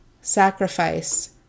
sacrifice